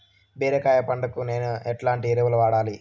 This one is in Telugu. బీరకాయ పంటకు నేను ఎట్లాంటి ఎరువులు వాడాలి?